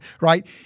right